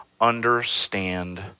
understand